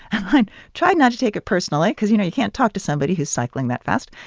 i tried not to take it personally cause, you know, you can't talk to somebody who's cycling that fast.